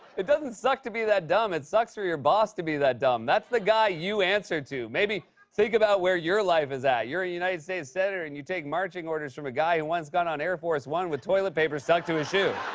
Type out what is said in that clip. it doesn't suck to be that dumb. it sucks for your boss to be that dumb. that's the guy you answer to. maybe think about where your life is at. you're a united states senator, and you take marching orders from a guy who once got on air force one with toilet paper stuck to his shoe.